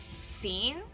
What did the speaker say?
scene